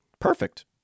Perfect